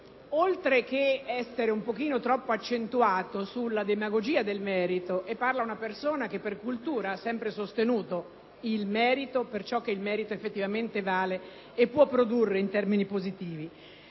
suo complesso eun po’ troppo accentuato sulla demagogia del merito, e parla una persona che per cultura ha sempre sostenuto il merito, per quanto esso effettivamente vale e puo produrre in termini positivi.